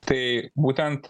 tai būtent